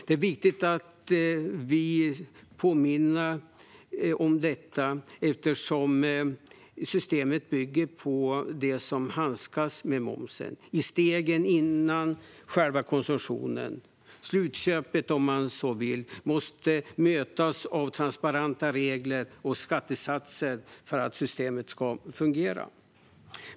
Det är viktigt att påminna om detta eftersom systemet bygger på att de som handskas med momsen i stegen före själva konsumtionen, slutköpet om man så vill, måste mötas av transparenta regler och skattesatser för att systemet ska fungera.